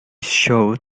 showed